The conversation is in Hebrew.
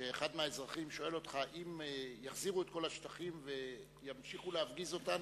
ואחד מהאזרחים שואל אותך: אם יחזירו את כל השטחים וימשיכו להפגיז אותנו,